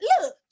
look